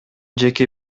жеке